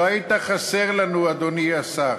לא היית חסר לנו, אדוני השר.